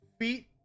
feet